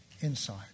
Inside